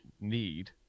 need